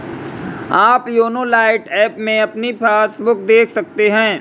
आप YONO lite app में अपनी पासबुक देख सकते हैं